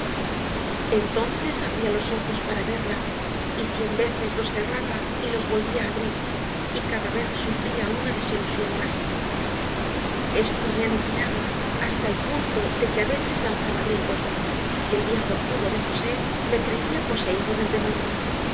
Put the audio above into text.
entonces abría los ojos para verla y cien veces los cerraba y los volvía a abrir y cada vez sufría una desilusión más esto me aniquilaba hasta el punto de que a veces lanzaba gritos y el viejo tuno de josé me creía poseído del demonio